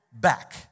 Back